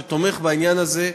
שתומך בעניין הזה,